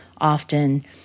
often